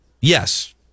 yes